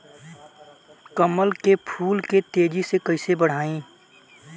कमल के फूल के तेजी से कइसे बढ़ाई?